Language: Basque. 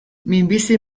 minbizi